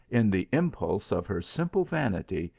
in the impulse of her simple vanity,